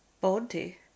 body